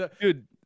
Dude